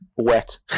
wet